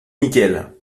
nickel